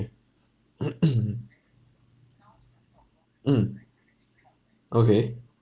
mm okay